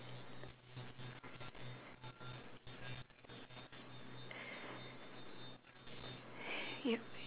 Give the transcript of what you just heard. yup